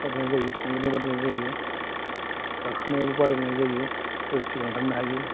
बादायलायनाय जायो खमलायनाय बादायलायनाय जायो गाखोनायबो बादायलायनाय जायो सोर सिगां थांनो हायो